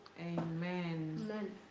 Amen